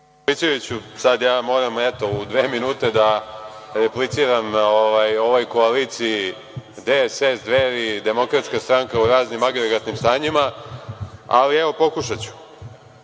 Milićeviću, sada ja moram u dve minute da repliciram ovoj koaliciji DSS-Dveri-Demokratska stranka, u raznim agregatnim stanjima, ali pokušaću. Po